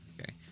Okay